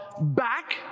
back